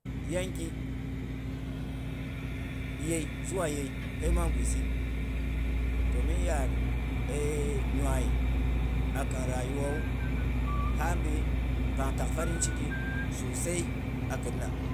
Yanki yei zuwa yei hei mang gwisi, toh min yaar nyai a khin rayuwa wu han bi pay tak farin ciki susai a kina.